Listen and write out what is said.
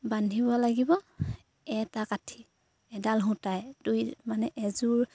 বান্ধিব লাগিব এটা কাঠি এডাল সূতাই তৈ মানে এযোৰ